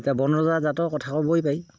এতিয়া জাতৰ কথা ক'বই পাৰি